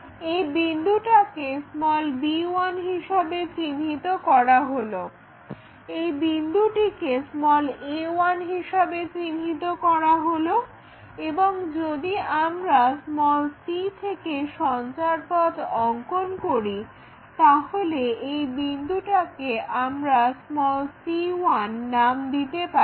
এই বিন্দুটাকে b1 হিসাবে চিহ্নিত করা হলো এই বিন্দুটিকে a1 হিসেবে চিহ্নিত করা হলো এবং যদি আমরা c থেকে সঞ্চারপথ অঙ্কন করি তাহলে এই বিন্দুটাকে আমরা c1 নাম দিতে পারি